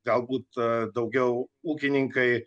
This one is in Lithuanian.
galbūt daugiau ūkininkai